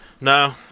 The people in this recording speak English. No